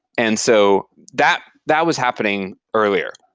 and so that that was happening earlier.